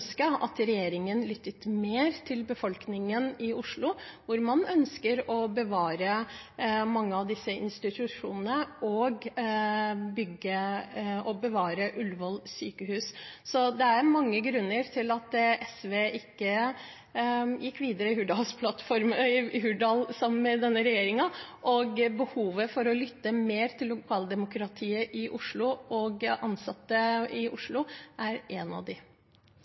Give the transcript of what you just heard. at regjeringen lyttet mer til befolkningen i Oslo, hvor man ønsker å bevare mange av disse institusjonene og bevare Ullevål sykehus. Det er mange grunner til at SV ikke gikk videre i Hurdal sammen med denne regjeringen, og behovet for å lytte mer til lokaldemokratiet og ansatte i Oslo er en av